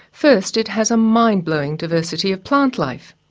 first it has a mind-blowing diversity of plant life.